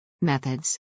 Methods